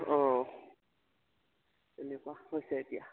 অঁ তেনেকুৱা হৈছে এতিয়া